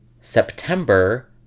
September